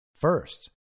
First